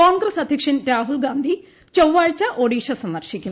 കോൺഗ്രസ് അധ്യക്ഷൻ രാഹുൽ ഗാന്ധി ചൊവ്വാഴ്ച ഒഡീഷ സന്ദർശിക്കും